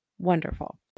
Wonderful